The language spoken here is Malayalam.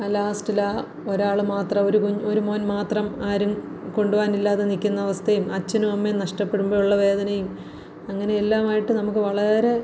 ആ ലാസ്റ്റിലാ ഒരാൾ മാത്രം ഒരു പെ ഒരു മോൻ മാത്രം ആരും കൊണ്ടു പോവാനില്ലാതെ നിൽക്കുന്ന അവസ്ഥയും അച്ഛനും അമ്മയും നഷ്ടപ്പെടുമ്പോഴുള്ള വേദനേം അങ്ങനെ എല്ലാമായിട്ട് നമുക്ക് വളരെ